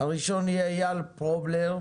אבל מצד שני יש הרבה יבואנים שבאמת מנסים לעבוד לפי הסדר